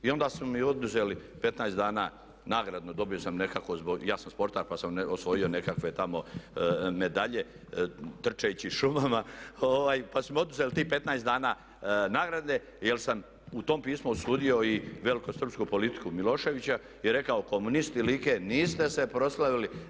I onda su mi oduzeli 15 dana nagradu dobio sam nekako, ja sam sportaš pa sam osvojio nekakve tamo medalje trčeći šumama pa su mi oduzeli tih 15 dana nagrade jer sam u tom pismu osudio i velikosrpsku politiku Miloševića i rekao komunisti Like niste se proslavili.